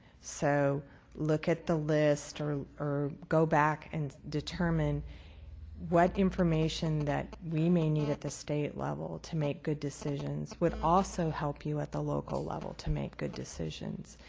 so look at the list or or go back and determine what information that we may need at the state level to make good decisions would also help you at the local level to make good decisions,